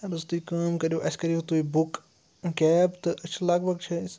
اَدٕ حظ تُہۍ کٲم کٔرِو اَسہِ کَرِو تُہۍ بُک کیب تہٕ أسۍ چھِ لَگ بگ چھِ أسۍ